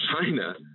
China